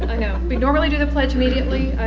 i know. we normally do the pledge immediately.